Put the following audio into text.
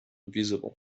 visible